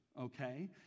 okay